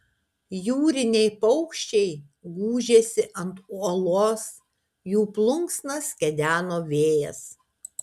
jūriniai paukščiai gūžėsi ant uolos jų plunksnas kedeno vėjas